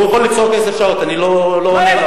הוא יכול לצעוק עשר שעות, אני לא אענה.